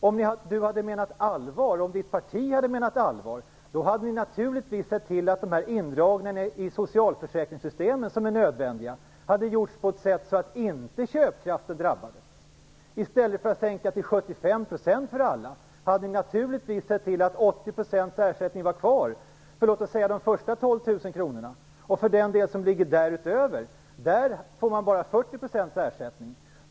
Om Bo Bernhardssons parti hade menat allvar hade ni naturligtvis sett till att de nödvändiga indragningarna i socialförsäkringssystemen hade gjorts på ett sätt så att inte köpkraften drabbats. I stället för att sänka till 75 % för alla hade ni naturligtvis sett till att 80 % ersättning var kvar för låt oss säga de första 12 000 kronorna. För den del som ligger därutöver får man bara 40 % ersättning.